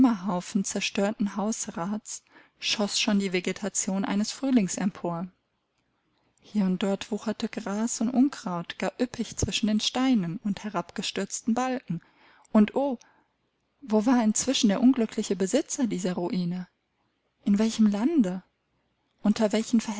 zerstörten hausrats schoß schon die vegetation eines frühlings empor hier und dort wucherte gras und unkraut gar üppig zwischen den steinen und herabgestürzten balken und oh wo war inzwischen der unglückliche besitzer dieser ruine in welchem lande unter welchen